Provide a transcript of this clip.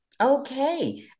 okay